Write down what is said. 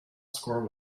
score